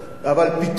אבל פתאום,